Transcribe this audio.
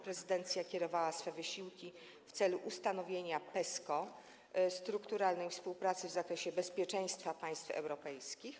Prezydencja kierowała swe wysiłki w celu ustanowienia PESCO - strukturalnej współpracy w zakresie bezpieczeństwa państw europejskich.